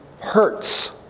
hurts